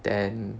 then